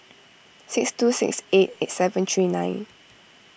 six two six eight eight seven three nine